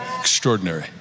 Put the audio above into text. extraordinary